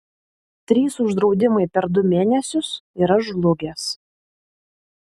trys uždraudimai per du mėnesius ir aš žlugęs